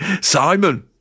simon